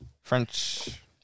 French